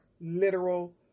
literal